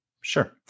Sure